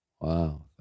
wow